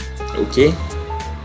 Okay